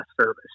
service